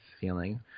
feeling